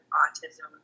autism